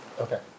Okay